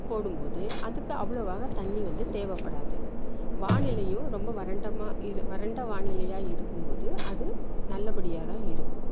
போடும்போது அதுக்கு அவ்வளோவாக தண்ணி வந்து தேவைப்படாது வானிலையும் ரொம்ப வறண்ட வறண்ட வானிலையாக இருக்கும் போது அது நல்லபடியாக தான் இருக்கும்